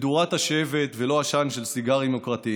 מדורת השבט, ולא עשן של סיגרים יוקרתיים.